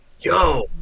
Yo